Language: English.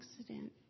accident